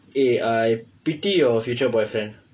eh I pity your future boyfriend